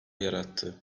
yarattı